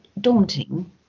daunting